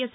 yes